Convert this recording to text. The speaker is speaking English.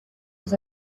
was